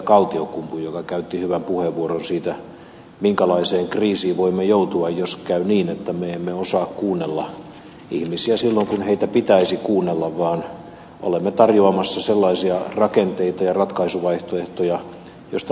kaltiokumpu joka käytti hyvän puheenvuoron siitä minkälaiseen kriisiin voimme joutua jos käy niin että me emme osaa kuunnella ihmisiä silloin kun heitä pitäisi kuunnella vaan olemme tarjoamassa sellaisia rakenteita ja ratkaisuvaihtoehtoja joista puuttuu realismi